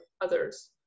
others